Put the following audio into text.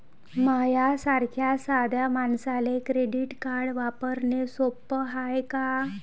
माह्या सारख्या साध्या मानसाले क्रेडिट कार्ड वापरने सोपं हाय का?